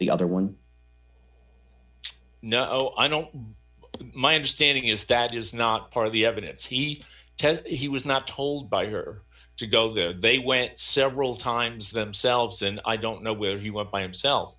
the other one no i don't my understanding is that is not part of the evidence he ted he was not told by her to go there they went several times themselves and i don't know where he went by himself